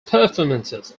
performances